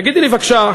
תגידי לי בבקשה: